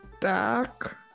back